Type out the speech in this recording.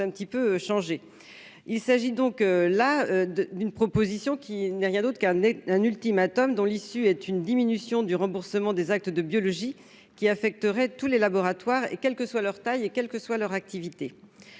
un petit peu changé : il s'agit donc là d'une proposition qui n'a rien d'autre qu'un et un ultimatum dont l'issue est une diminution du remboursement des actes de biologie qui affecterait tous les laboratoires, et quels que soient leur taille et quelle que soit leur activité